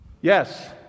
Yes